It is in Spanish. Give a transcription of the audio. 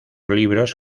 libros